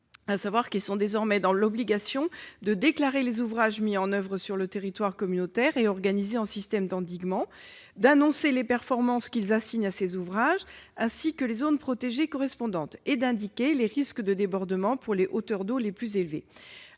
termes, ils sont désormais dans l'obligation de déclarer les ouvrages mis en oeuvre sur le territoire communautaire et organisés en système d'endiguement, d'annoncer les performances qu'ils assignent à ces ouvrages ainsi que les zones protégées correspondantes et d'indiquer les risques de débordement pour les hauteurs d'eau les plus élevées.